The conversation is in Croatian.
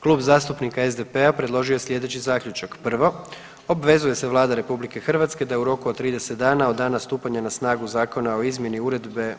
Kluba zastupnika SDP-a predložio je sljedeći Zaključak, prvo: Obvezuje se Vlada RH da u roku od 30 dana od dana stupanja na snagu Zakona o izmjeni Uredbe,